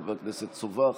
חבר הכנסת סובה,